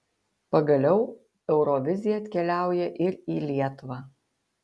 pagaliau eurovizija atkeliauja ir į lietuvą